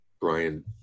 Brian